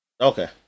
Okay